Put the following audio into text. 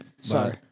Sorry